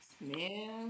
Man